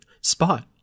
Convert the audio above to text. Spot